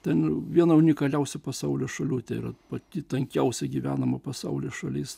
ten viena unikaliausių pasaulio šalių tėra pati tankiausiai gyvenama pasaulio šalis